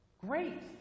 great